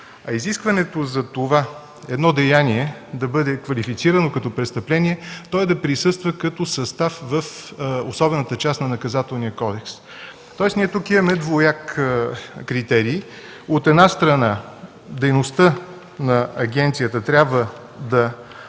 а изискването за това едно деяние да бъде квалифицирано като престъпление, то е да присъства като състав в особената част на Наказателния кодекс. Тоест тук имаме двояк критерий. От една страна, дейността на агенцията трябва да се